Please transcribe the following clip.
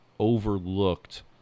overlooked